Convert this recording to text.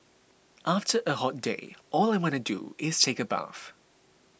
after a hot day all I want to do is take a bath